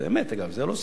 זה אמת, אגב, זה לא סיפור.